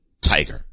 Tiger